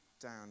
down